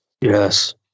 Yes